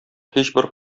һичбер